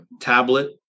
tablet